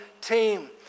team